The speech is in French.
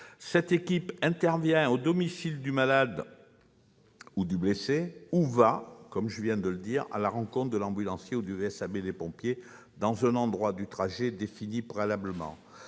Cette équipe intervient au domicile du malade ou du blessé ou va à la rencontre de l'ambulance ou du VSAB des pompiers à un endroit du trajet défini préalablement.